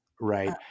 right